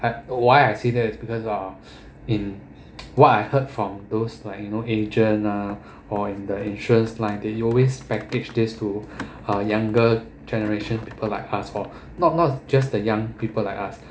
I why I say that is because uh in what I heard from those like you know agent ah or in the insurance line that you always package this to younger generation people like us for not not just the young people like us